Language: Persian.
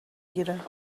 گیره